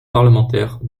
parlementaires